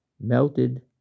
melted